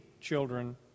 children